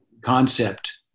concept